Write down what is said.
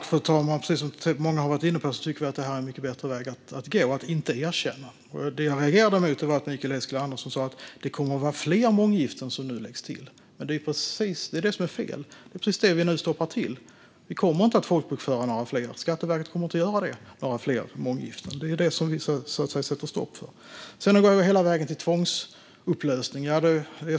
Fru talman! Precis som många varit inne på tycker vi att det är en mycket bättre väg att gå att inte erkänna månggifte. Det jag reagerade mot var att Mikael Eskilandersson sa att fler månggiften nu kommer att läggas till, och det är fel. Det är precis det vi nu stoppar. Skatteverket kommer inte att folkbokföra några fler månggiften. Det är ju just det vi sätter stopp för. Sedan går han hela vägen till tvångsupplösning.